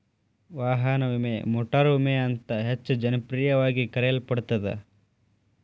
ವಾಹನ ವಿಮೆ ಮೋಟಾರು ವಿಮೆ ಅಂತ ಹೆಚ್ಚ ಜನಪ್ರಿಯವಾಗಿ ಕರೆಯಲ್ಪಡತ್ತ